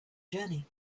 journey